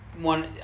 one